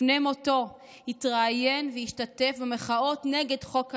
לפני מותו התראיין והשתתף במחאות נגד חוק הלאום,